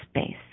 space